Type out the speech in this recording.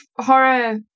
horror